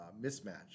mismatch